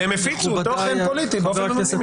והם הפיצו תוכן פוליטי באופן אנונימי.